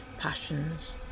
passions